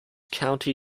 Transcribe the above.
county